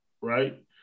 Right